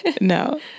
no